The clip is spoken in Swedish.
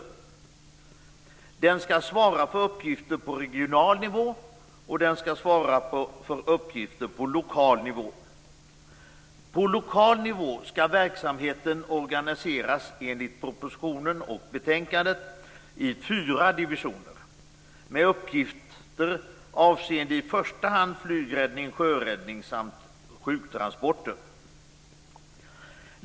Den skall svara för uppgifter på regional och lokal nivå. På lokal nivå skall verksamheten enligt propositionen och betänkandet organiseras i fyra divisioner, med uppgifter avseende i första hand flygräddning och sjöräddning samt sjuktransporter.